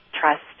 trust